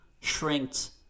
shrinks